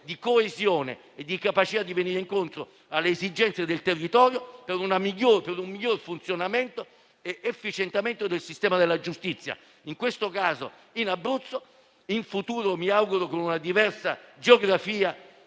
di coesione e di capacità di venire incontro alle esigenze del territorio per un miglior funzionamento ed efficientamento del sistema della giustizia, in questo caso in Abruzzo e in futuro mi auguro con una diversa geografia